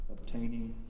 Obtaining